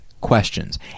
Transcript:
questions